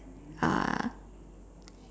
uh